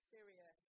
Syria